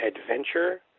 adventure